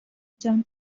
جان